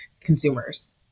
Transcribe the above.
consumers